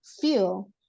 feel